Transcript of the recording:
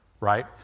Right